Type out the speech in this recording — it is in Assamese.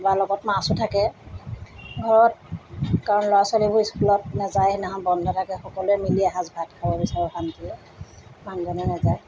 বা লগত মাছো থাকে ঘৰত কাৰণ ল'ৰা ছোৱালীবোৰ স্কুলত নাযায় সেইদিনাখন বন্ধ থাকে সকলোৱে মিলি এসাঁজ ভাত খাব বিচাৰোঁ শান্তিৰে মানুহজনো নেযায়